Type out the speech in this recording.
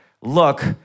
look